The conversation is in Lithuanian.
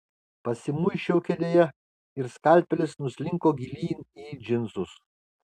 pasimuisčiau kėdėje ir skalpelis nuslinko gilyn į džinsus